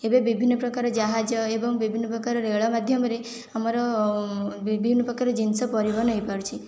ଏବେ ବିଭିନ୍ନ ପ୍ରକାର ଜାହାଜ ଏବଂ ବିଭିନ୍ନ ପ୍ରକାର ରେଳ ମାଧ୍ୟମରେ ଆମର ବିଭିନ୍ନ ପ୍ରକାର ଜିନିଷ ପରିବହନ ହେଇପାରୁଛି